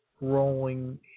rolling